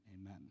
amen